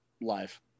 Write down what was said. Live